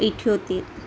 ઇઠ્ઠોતેર